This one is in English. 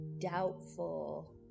doubtful